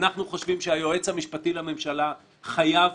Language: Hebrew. אנחנו חושבים שהיועץ המשפטי לממשלה חייב